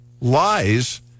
lies